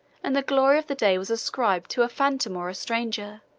and the glory of the day was ascribed to a phantom or a stranger,